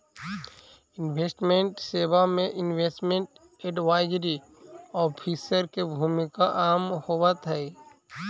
investment सेवा में investment advisory officer के भूमिका अहम होवऽ हई